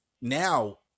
now